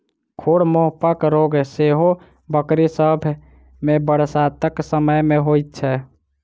खुर मुँहपक रोग सेहो बकरी सभ मे बरसातक समय मे होइत छै